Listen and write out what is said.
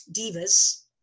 Divas